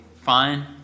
fine